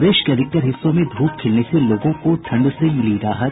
प्रदेश के अधिकतर हिस्सों में धूप खिलने से लोगों को ठंड से मिली राहत